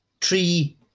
tree